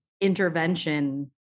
intervention